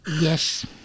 Yes